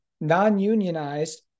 non-unionized